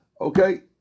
okay